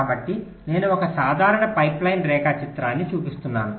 కాబట్టి నేను ఒక సాధారణ పైప్లైన్ రేఖాచిత్రాన్ని చూపిస్తున్నాను